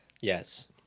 Yes